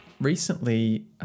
Recently